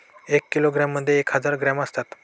एक किलोग्रॅममध्ये एक हजार ग्रॅम असतात